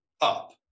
up